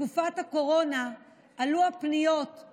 בתקופת הקורונה עלו הפניות על